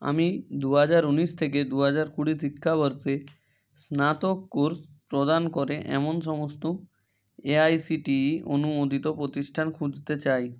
আমি দু হাজার ঊনিশ থেকে দু হাজার কুড়ির শিক্ষাবর্ষে স্নাতক কোর্স প্রদান করে এমন সমস্ত এআইসিটিই অনুমোদিত প্রতিষ্ঠান খুঁজতে চাই